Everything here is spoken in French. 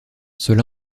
cela